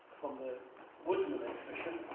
from the woodsman exhibition.